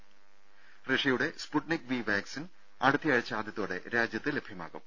ത റഷ്യയുടെ Sputnik V vaccine അടുത്തയാഴ്ച ആദ്യത്തോടെ രാജ്യത്ത് ലഭ്യമാകും